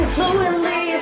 Fluently